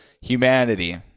humanity